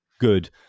good